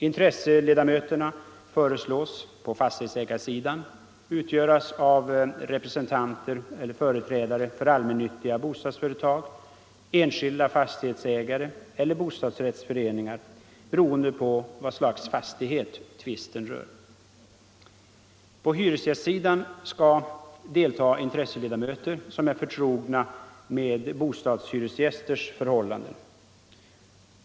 Intresseledamöterna föreslås på fastighetsägarsidan utgöras av företrädare för allmännyttiga bostadsföretag, enskilda fastighetsägare eller bostadsrättsföreningar, beroende på vad för slags fastighet tvisten rör. På hyresgästsidan skall delta intresseledamöter som är förtrogna med bostadshyresgästers förhållanden.